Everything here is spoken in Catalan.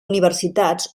universitats